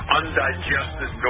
undigested